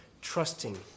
trusting